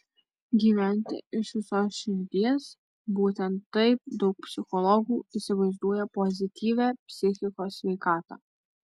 gyventi iš visos širdies būtent taip daug psichologų įsivaizduoja pozityvią psichikos sveikatą